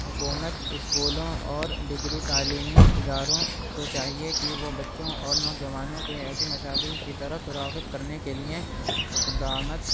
حکومت اسکولوں اور ڈگری تعلیمی اداروں کو چاہیے کہ وہ بچوں اور نوجوانوں کو ایسی مشاغل کی طرف راغب کرنے کے لیے اقدامات